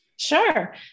Sure